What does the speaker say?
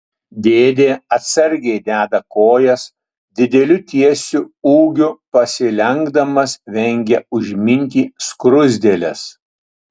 dėdė atsargiai deda kojas dideliu tiesiu ūgiu pasilenkdamas vengia užminti skruzdėles